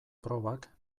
probak